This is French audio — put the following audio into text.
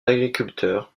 agriculteurs